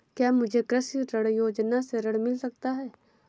क्या मुझे कृषि ऋण योजना से ऋण मिल सकता है?